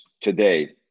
today